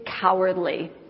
cowardly